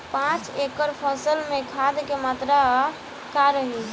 पाँच एकड़ फसल में खाद के मात्रा का रही?